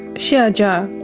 xia jia.